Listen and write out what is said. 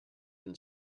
and